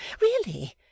Really